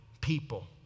people